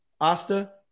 Asta